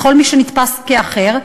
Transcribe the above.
בכל מי שנתפס כאחר,